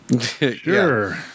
sure